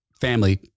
family